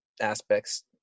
aspects